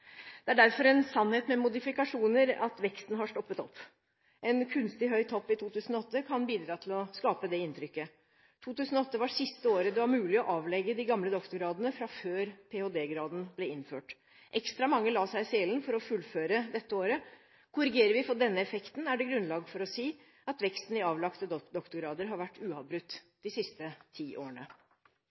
Det er derfor en sannhet med modifikasjoner at veksten har stoppet opp. En kunstig høy topp i 2008 kan bidra til å skape det inntrykket. 2008 var siste året det var mulig å avlegge de gamle doktorgradene fra før ph.d.-graden ble innført. Ekstra mange la seg i selen for å fullføre dette året. Korrigerer vi for denne effekten, er det grunnlag for å si at veksten i avlagte doktorgrader har vært uavbrutt de siste ti årene.